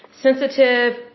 sensitive